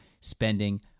spending